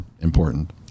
important